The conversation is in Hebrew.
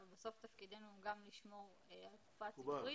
אבל בסוף תפקידנו הוא גם לשמור על הקופה הציבורית.